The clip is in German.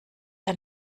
ein